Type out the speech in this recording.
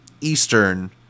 Eastern